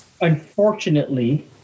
Unfortunately